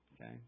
Okay